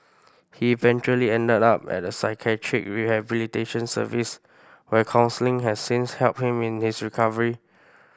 he eventually ended up at a psychiatric rehabilitation service where counselling has since helped him in his recovery